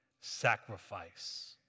sacrifice